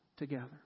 together